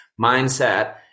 Mindset